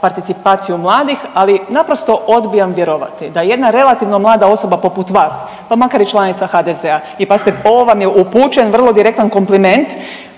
participaciju mladih, ali naprosto odbijam vjerovati da jedna relativno mlada osoba poput vas, pa makar i članica HDZ-a, i pazite, ovo vam je upućen vrlo direktan kompliment,